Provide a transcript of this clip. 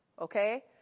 Okay